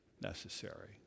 necessary